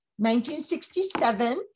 1967